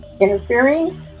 interfering